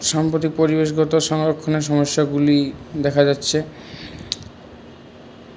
সাম্প্রতিক পরিবেশগত সংরক্ষণের সমস্যাগুলি দেখা যাচ্ছে